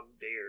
dare